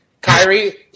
Kyrie